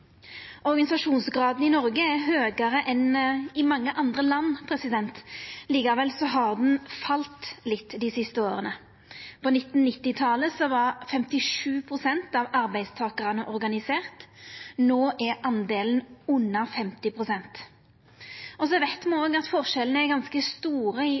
Organisasjonsgraden i Noreg er høgare enn i mange andre land. Likevel har han falle litt dei siste åra. På 1990-talet var 57 pst. av arbeidstakarane organiserte, no er under 50 pst. organiserte. Me veit òg at forskjellane er ganske store i